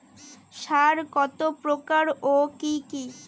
সার কত প্রকার ও কি কি?